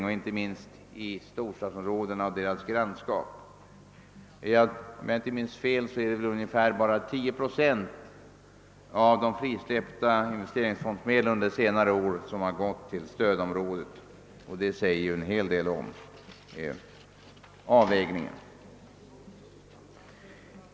Det har inte sällan varit fråga om storstadsområdena och deras grannskap. Om jag inte minns fel är det bara 10 procent av de frisläppta investeringsfondsmedlen som under senare år har gått till stödområdet. Det säger ju en hel del om avvägningen.